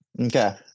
Okay